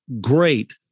great